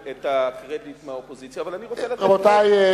את הקרדיט מהאופוזיציה, אבל אני רוצה, רבותי.